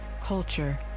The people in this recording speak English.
culture